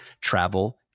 travel